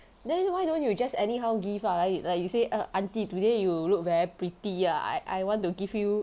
then why don't you just anyhow give lah like like you say err aunty today you look very pretty ah I I want to give you